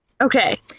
Okay